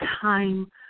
time